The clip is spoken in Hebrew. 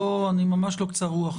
לא, אני ממש לא קצר רוח.